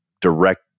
direct